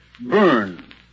burn